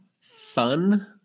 fun